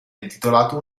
intitolato